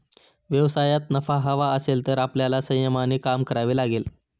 व्यवसायात नफा हवा असेल तर आपल्याला संयमाने काम करावे लागेल